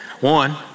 One